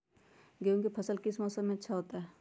गेंहू का फसल किस मौसम में अच्छा होता है?